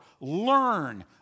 learn